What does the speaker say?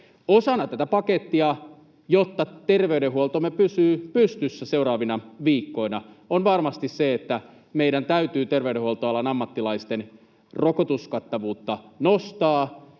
Osana tätä pakettia — jotta terveydenhuoltomme pysyy pystyssä seuraavina viikkoina — on varmasti se, että meidän täytyy nostaa terveydenhuoltoalan ammattilaisten rokotuskattavuutta.